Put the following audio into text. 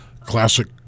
classic